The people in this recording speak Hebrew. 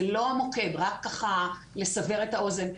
זה לא המוקד, רק לסבר את האוזן.